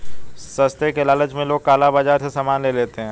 सस्ते के लालच में लोग काला बाजार से सामान ले लेते हैं